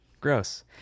Gross